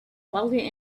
wildly